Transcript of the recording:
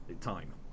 Time